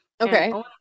okay